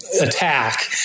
Attack